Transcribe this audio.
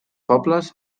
pobles